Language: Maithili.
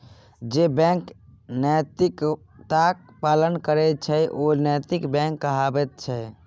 जे बैंक नैतिकताक पालन करैत छै ओ नैतिक बैंक कहाबैत छै